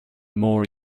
more